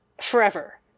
forever